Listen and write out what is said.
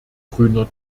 grüner